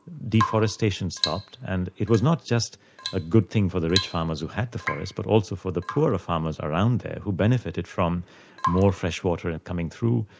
deforestation stopped, and it was not just a good thing for the rich farmers who had the forest but also for the poorer farmers around there who benefited from more fresh water and coming through,